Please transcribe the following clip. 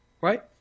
right